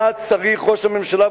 היה צריך ראש הממשלה,